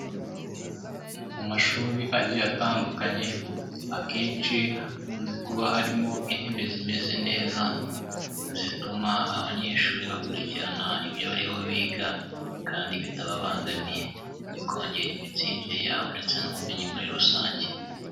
Mu mashuri a atandukanye, akenshi hakunze kuba harimo intebe zimeze neza, zituma abanyeshuri bakurikirana ibyo bariho biga kandi bitababangamiye. Bikongera imitsindire yabo ndetse n'ubumenyi muri rusange.